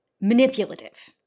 manipulative